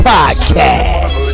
Podcast